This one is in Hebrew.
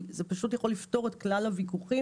כי זה יכול לפתור את כלל הוויכוחים